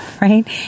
right